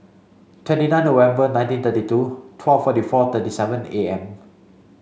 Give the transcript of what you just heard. twenty nine November nineteen thirty two twelve forty four thirty seven A M